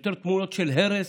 יותר תמונות של הרס,